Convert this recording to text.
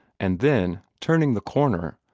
and then, turning the corner,